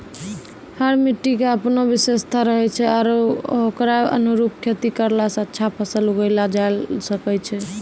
हर मिट्टी के आपनो विशेषता रहै छै आरो होकरो अनुरूप खेती करला स अच्छा फसल उगैलो जायलॅ सकै छो